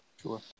Sure